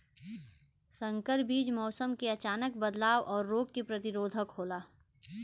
संकर बीज मौसम क अचानक बदलाव और रोग के प्रतिरोधक होला